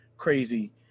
crazy